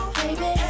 baby